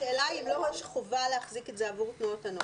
השאלה היא לא החובה להחזיק את זה עבור תנועות הנוער.